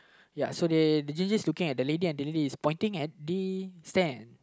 ya so the the ginger is looking at the lady and the lady is pointing at the stand